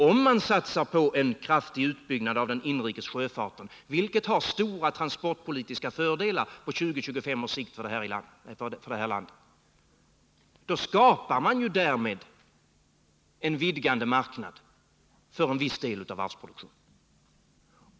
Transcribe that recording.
Om man satsar på en kraftig utbyggnad av den inrikes sjöfarten, vilken har stora transportpolitiska fördelar på 20-25 års sikt för det här landet, då skapar man därmed en vidgad marknad för en viss del av varvsproduktionen.